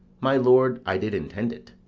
my lord, i did intend it.